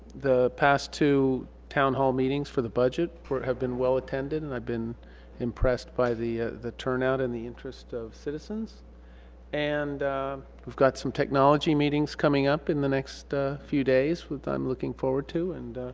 the past two town hall meetings for the budget have been well attended and i've been impressed by the the turnout and the interest of citizens and we've got some technology meetings coming up in the next few days which i'm looking forward to and